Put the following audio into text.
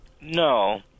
No